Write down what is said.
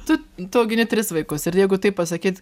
tu tu augini tris vaikus ir jeigu taip pasakyt